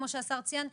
כמו שהשר ציין,